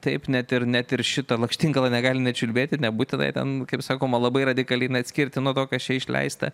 taip net ir net ir šitą lakštingala negali nečiulbėti nebūtinai ten kaip sakoma labai radikaliai atskirti nuo to kas čia išleista